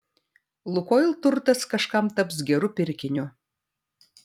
lukoil turtas kažkam taps geru pirkiniu